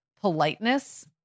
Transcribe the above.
politeness